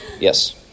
Yes